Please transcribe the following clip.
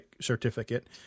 certificate